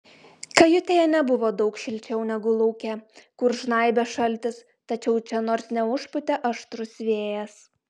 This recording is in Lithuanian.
kajutėje nebuvo daug šilčiau negu lauke kur žnaibė šaltis tačiau čia nors neužpūtė aštrus vėjas